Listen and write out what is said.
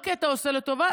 לא כי אתה עושה לו טובה,